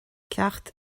ceacht